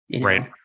Right